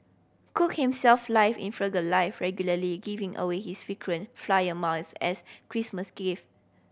cook himself live in frugal life regularly giving away his frequent flyer miles as Christmas gift